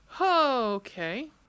okay